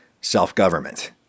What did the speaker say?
self-government